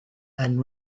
and